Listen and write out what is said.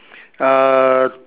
uh